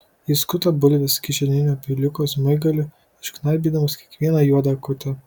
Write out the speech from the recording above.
jis skuta bulves kišeninio peiliuko smaigaliu išgnaibydamas kiekvieną juodą akutę